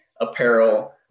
apparel